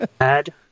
Add